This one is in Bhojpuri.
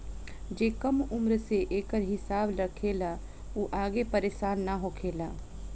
जे कम उम्र से एकर हिसाब रखेला उ आगे परेसान ना होखेला